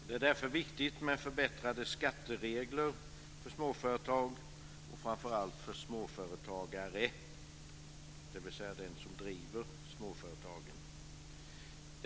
Det är därför viktigt med förbättrade skatteregler för småföretag och framför allt för småföretagare, dvs. dem som driver småföretagen.